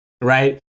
right